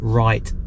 right